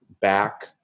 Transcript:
back